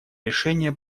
решение